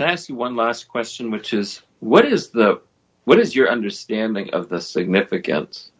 class one last question which is what is the what is your understanding of the significance